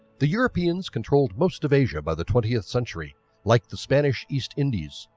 the europeans controlled most of asia by the twentieth century like the spanish east indies,